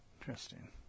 Interesting